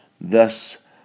thus